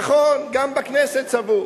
נכון, גם בכנסת צבעו.